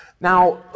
Now